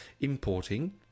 importing